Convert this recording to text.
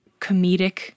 comedic